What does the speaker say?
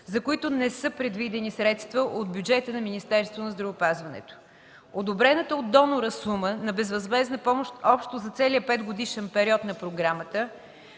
за които не са предвидени средства от бюджета на Министерството на здравеопазването. Одобрената от донора сума на безвъзмездна помощ общо за целия петгодишен период на Програмата